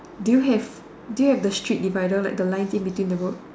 do you have do you have the street divider like the lines in between the road